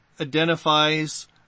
identifies